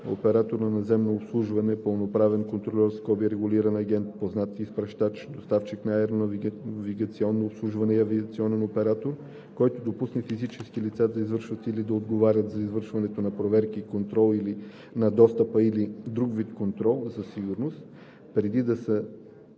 оператор по наземно обслужване, пълноправен контрольор (регулиран агент), познат изпращач, доставчик на аеронавигационно обслужване и авиационен оператор, който допусне физически лица да извършват или да отговарят за извършването на проверки, контрол на достъпа или друг вид контрол за сигурност, преди да са